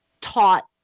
taught